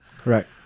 Correct